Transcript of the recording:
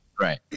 Right